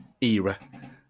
era